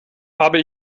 habe